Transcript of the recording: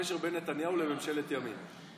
אבל אני לא מצליח להבין מה הקשר בין נתניהו לממשלת ימין.